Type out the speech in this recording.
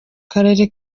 karere